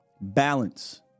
balance